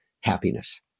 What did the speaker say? happiness